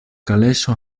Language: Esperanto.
kaleŝo